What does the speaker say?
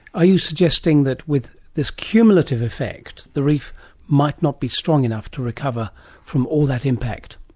are you suggesting that with this cumulative effect, the reef might not be strong enough to recover from all that impact?